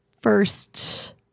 first